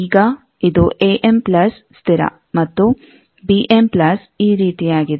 ಈಗ ಇದು ಸ್ಥಿರ ಮತ್ತು ಈ ರೀತಿಯಾಗಿದೆ